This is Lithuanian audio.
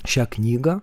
šią knygą